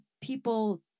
people